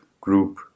group